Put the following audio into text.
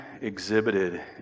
exhibited